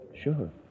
Sure